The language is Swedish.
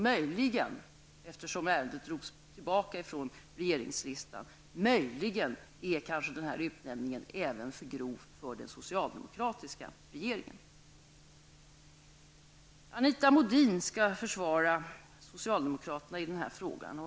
Möjligen, eftersom ärendet drogs tillbaka från regeringslistan, är den här utnämningen för grov även för den socialdemokratiska regeringen. Anita Modin skall försvara socialdemokraterna i den här frågan.